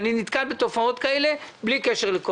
אני חושב שאם אני מקבל את זה וכולם מבקשים שאני